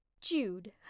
Jude